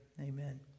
Amen